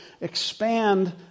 expand